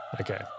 Okay